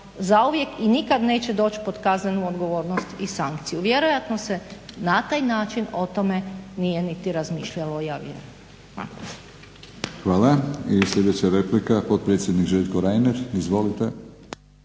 zauvijek i nikad neće doći pod kaznenu odgovornost i sankciju. Vjerojatno se na taj način o tome nije niti razmišljalo ja vjerujem. **Batinić, Milorad (HNS)** Hvala. I sljedeća replika potpredsjednik Željko Reiner. Izvolite.